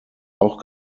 auch